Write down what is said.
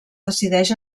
decideix